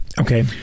Okay